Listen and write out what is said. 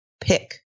pick